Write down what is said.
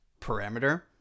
parameter